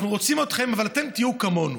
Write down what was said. אנחנו רוצים אתכם, אבל אתם תהיו כמונו?